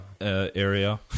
area